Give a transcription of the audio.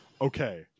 Okay